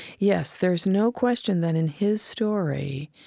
yes. there's no question that in his story,